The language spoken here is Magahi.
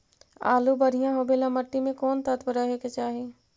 आलु बढ़िया होबे ल मट्टी में कोन तत्त्व रहे के चाही?